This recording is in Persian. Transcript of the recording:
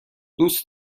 دوست